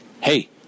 Hey